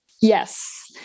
Yes